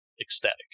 ecstatic